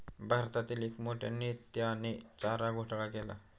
भारतातील एक मोठ्या नेत्याने चारा घोटाळा केला